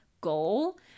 goal